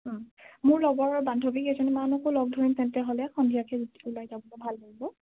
মোৰ লগৰ বান্ধবী কেইজনীমানকো লগ ধৰিম তেন্তে হ'লে সন্ধিয়াকে ওলাই যাব ভাল হ'ব